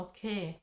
Okay